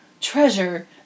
treasure